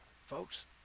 folks